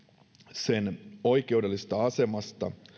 sen oikeudellisesta asemasta